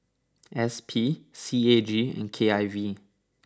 S P C A G and K I V